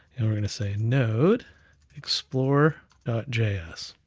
and we're gonna say node explore js.